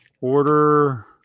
Order